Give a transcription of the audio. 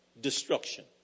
destruction